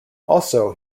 also